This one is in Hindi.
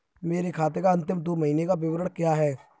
मेरे खाते का अंतिम दो महीने का विवरण क्या है?